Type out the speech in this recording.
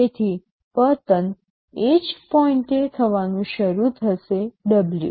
તેથી પતન એ જ પોઈન્ટએ થવાનું શરૂ થશે W